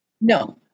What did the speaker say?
No